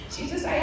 Jesus